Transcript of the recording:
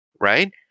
right